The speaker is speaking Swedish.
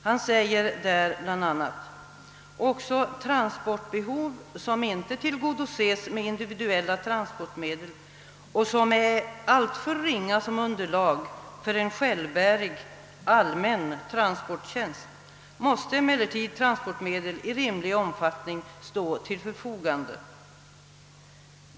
Han säger däri bl.a.: »Också transportbehov, som inte tillgodoses med individuella transportmedel och som är alltför ringa som underlag för en självbärig, allmän transporttjänst, måste emellertid transportmedel i rimlig omfattning stå till förfogande.